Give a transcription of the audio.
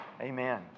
Amen